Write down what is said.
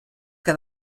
que